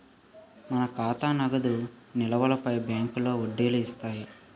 మన ఖాతా నగదు నిలువులపై బ్యాంకులో వడ్డీలు ఇస్తాయి